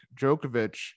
Djokovic